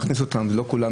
ואלה החרגות מחוקי מגן,